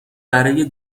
برای